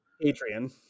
Adrian